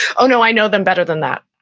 oh no, i know them better than that.